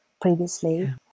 previously